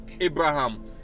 Abraham